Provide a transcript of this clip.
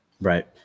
Right